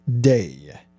Day